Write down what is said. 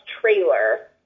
trailer